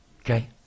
Okay